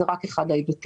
זה רק אחד ההיבטים.